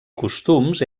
costums